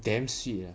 damn sweet eh